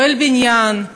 פועל בניין,